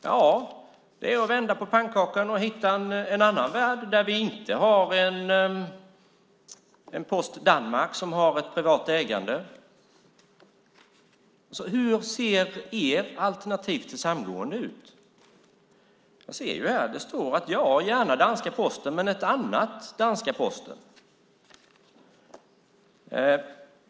Ja, det är att vända på pannkakan och hitta en annan värld, där vi inte har en post i Danmark som har ett privat ägande. Hur ser ert alternativ till samgående ut? Jag ser här att det står att ja, gärna danska Posten, men ett annat danska Posten.